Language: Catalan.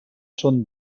són